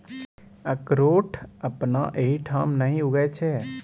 अकरोठ अपना एहिठाम नहि उगय छै